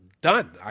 Done